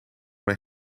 mijn